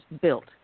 built